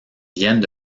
viennent